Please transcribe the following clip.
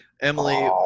Emily